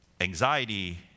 anxiety